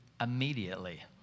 immediately